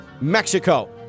Mexico